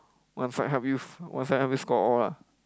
one side help you one side help you score all lah